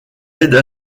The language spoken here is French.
aident